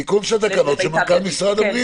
תיקון של התקנות של מנכ"ל משרד הבריאות.